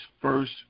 first